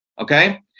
Okay